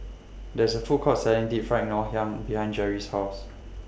There IS A Food Court Selling Deep Fried Ngoh Hiang behind Gerry's House